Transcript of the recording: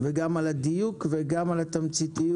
וגם על הדיוק, וגם על התמציתיות.